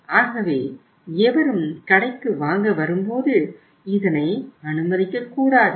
ஆகவேஎவரும் கடைக்கு வாங்க வரும்போது இதனை அனுமதிக்கக் கூடாது